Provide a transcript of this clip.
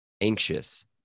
anxious